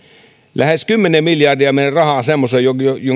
lähes kymmenen miljardia on mennyt rahaa semmoiseen